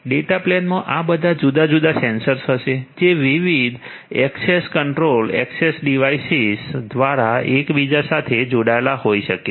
data પ્લેનમાં આ બધા જુદા જુદા સેન્સર્સ હશે જે વિવિધ એક્સેસ કંટ્રોલ એક્સેસ ડિવાઇસીસ દ્વારા એકબીજા સાથે જોડાયેલા હોઈ શકે છે